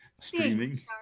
streaming